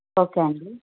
okay అండి